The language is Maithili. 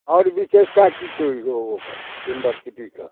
आओर विशेषता की छै ओकर युनिवर्सिटीके